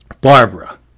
Barbara